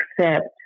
accept